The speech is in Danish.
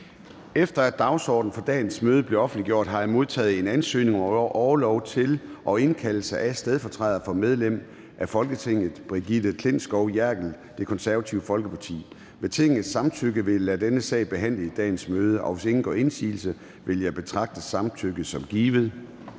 Efter at dagsordenen for dagens møde er blevet offentliggjort, har jeg modtaget en ansøgning om orlov til og indkaldelse af stedfortrædere for medlem af Folketinget Brigitte Klintskov Jerkel (KF). Med Tingets samtykke vil jeg lade denne sag behandle i dagens møde. Hvis ingen gør indsigelse, vil jeg betragte samtykke som givet.